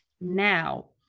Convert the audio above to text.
now